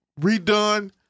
redone